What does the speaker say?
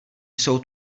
jsou